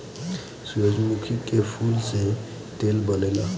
सूरजमुखी के फूल से तेल बनेला